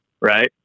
right